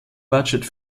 budget